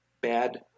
bad